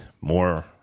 more